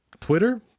Twitter